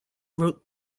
wrote